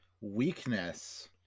weakness